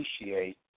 appreciate